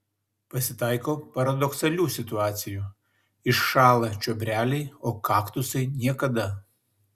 pasitaiko paradoksalių situacijų iššąla čiobreliai o kaktusai niekada